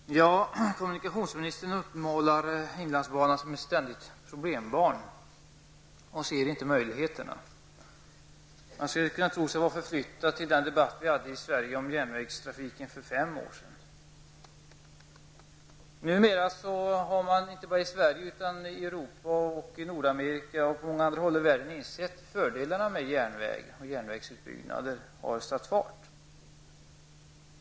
Herr talman! Kommunikationsministern uppmålar inlandsbanan som ett ständigt problembarn och ser inte möjligheterna. Man skulle kunna tro sig vara förflyttad till den debatt som vi hade för fem år sedan i Sverige om järnvägstrafiken. Numera har man inte bara i Sverige utan även i Europa och i Nordamerika och på många andra håll i världen insett fördelarna med järnväg, och järnvägsutbyggnaderna har satt fart.